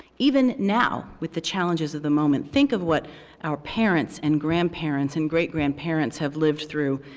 even now, with the challenges of the moment, think of what our parents and grandparents and great grandparents have lived through,